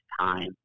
time